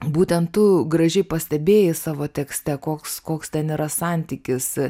būtent tu gražiai pastebėjai savo tekste koks koks ten yra santykis